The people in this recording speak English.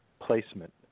placement